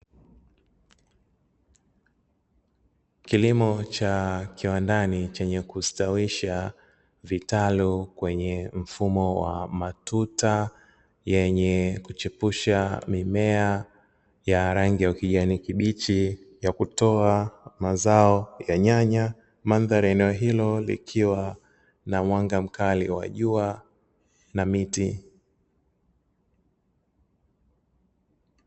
Kilimo cha kiwandani chenye kustawisha vitalu kwenye mfumo wa matuta, yenye kuchipusha mimea ya rangi ya ukijani kibichi ya kutoa mazao ya nyanya, mandhari ya eneo hilo likiwa na mwanga mkali wa jua na miti.